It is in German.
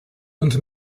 und